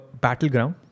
battleground